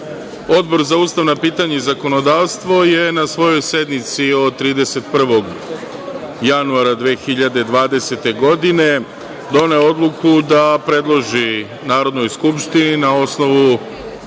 Odbor za ustavna pitanja i zakonodavstvo je na svojoj sednici od 31. januara 2020. godine doneo odluku da predloži Narodnoj skupštini, na osnovu